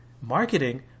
marketing